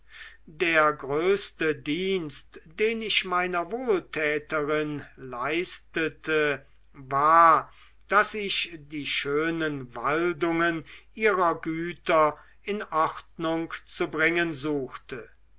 der größte dienst den ich meiner wohltäterin leistete war daß ich die schönen waldungen ihrer güter in ordnung zu bringen suchte